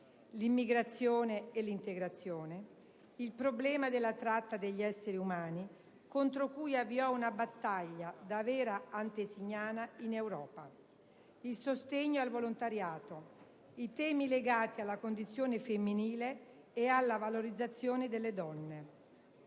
l'immigrazione e l'integrazione; il problema della tratta degli esseri umani, contro cui avviò una battaglia, da vera antesignana, in Europa; il sostegno al volontariato; i temi legati alla condizione femminile e alla valorizzazione delle donne.